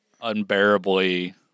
unbearably